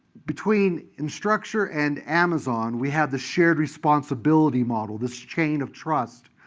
between instructure and amazon, we have the shared responsibility model this chain of trust,